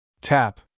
tap